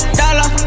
dollar